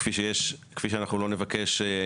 זה סיבה אחת.